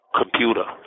computer